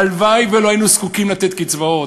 הלוואי שלא היינו נזקקים לתת קצבאות,